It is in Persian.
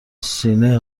سینه